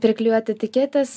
priklijuot etiketes